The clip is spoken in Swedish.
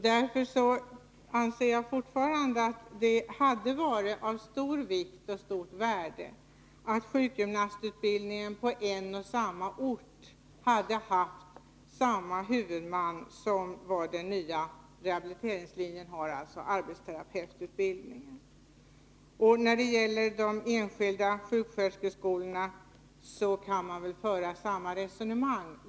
Därför anser jag fortfarande att det hade varit av stor vikt och stort värde att sjukgymnastutbildningen på en och samma ort hade haft samma huvudman som den nya rehabiliteringslinjen, alltså arbetsterapeututbildningen. När det gäller de enskilda sjuksköterskeskolorna skulle man kunna föra samma resonemang.